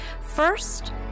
First